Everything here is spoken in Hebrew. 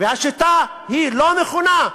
השיטה לא נכונה.